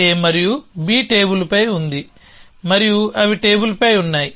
A మరియు B టేబుల్పై ఉంది మరియు అవి టేబుల్పై ఉన్నాయి